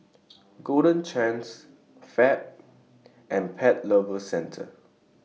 Golden Chance Fab and Pet Lovers Centre